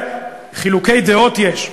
חילוקי דעות יש,